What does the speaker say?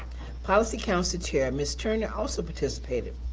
policy council chair ms. turner also participated.